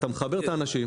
אתה מחבר את האנשים,